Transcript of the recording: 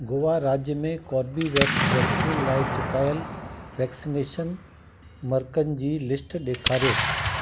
गोवा राज्य में Corbevax vaccine लाइ चुकायल वैक्सनेशन मर्कज़नि जी लिस्ट ॾेखारियो